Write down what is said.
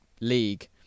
league